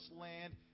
land